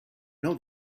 know